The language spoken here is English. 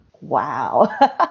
Wow